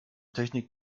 technik